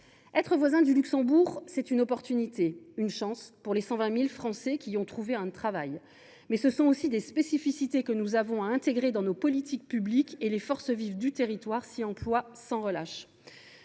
Être voisin du Luxembourg est une chance pour les 120 000 Français qui y ont trouvé un travail. Mais ce sont aussi des spécificités que nous avons à intégrer dans nos politiques publiques, et les forces vives du territoire s’y emploient sans relâche.